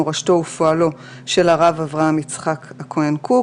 מורשתו ופועלו של הרב אברהם יצחק הכהן קוק,